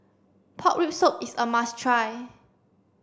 pork rib soup is a must try